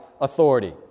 authority